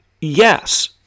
yes